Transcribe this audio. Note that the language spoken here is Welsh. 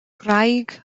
gwraig